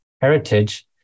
Heritage